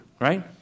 right